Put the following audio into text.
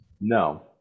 No